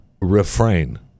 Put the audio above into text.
refrain